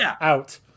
out